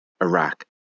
Iraq